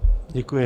Děkuji.